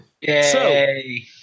Yay